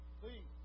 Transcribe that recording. please